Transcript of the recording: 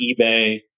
eBay